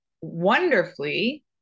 wonderfully